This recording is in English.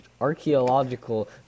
archaeological